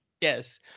Yes